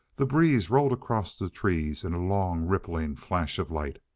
the breeze rolled across the trees in a long, rippling flash of light.